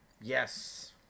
Yes